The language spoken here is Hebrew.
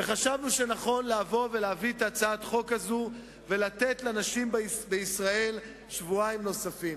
חשבנו שנכון להביא את הצעת החוק הזאת ולתת לנשים בישראל שבועיים נוספים.